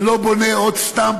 ולא לבנות עוד סתם